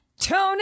Tony